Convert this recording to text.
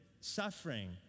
suffering